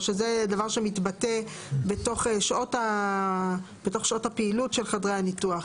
או שזה דבר שמתבטא בתוך שעות הפעילות של חדרי הניתוח,